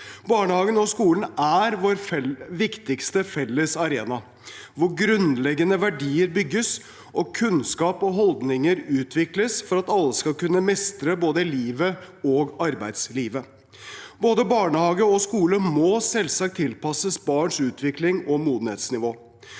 Barnehagen og skolen er vår viktigste felles arena, hvor grunnleggende verdier bygges og kunnskap og holdninger utvikles for at alle skal kunne mestre både livet og arbeidslivet. Både barnehage og skole må selvsagt tilpasses barns utvikling og modenhetsnivå.